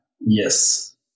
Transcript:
yes